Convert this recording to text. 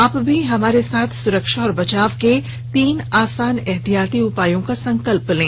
आप भी हमारे साथ सुरक्षा और बचाव के तीन आसान एहतियाती उपायों का संकल्प लें